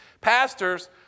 Pastors